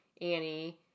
Annie